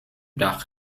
dach